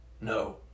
No